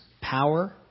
power